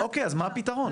אוקיי, אז מה הפתרון?